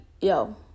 yo